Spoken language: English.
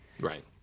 Right